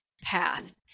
path